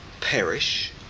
perish